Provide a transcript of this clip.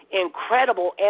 incredible